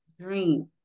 dream